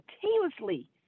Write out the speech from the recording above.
continuously